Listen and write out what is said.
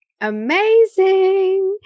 Amazing